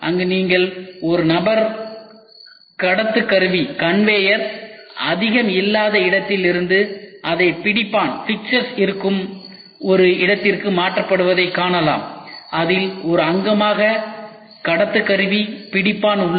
அங்கு நீங்கள் ஒரு நபர் கடத்து கருவி அதிகம் இல்லாத இடத்திலிருந்து அதை பிடிப்பான் இருக்கும் ஒரு இடத்திற்கு மாற்றப்படுவதை காணலாம் அதில் ஒரு அங்கமாக கடத்து கருவி பிடிப்பான் உள்ளது